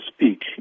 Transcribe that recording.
speak